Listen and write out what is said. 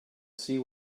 see